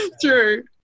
true